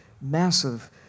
massive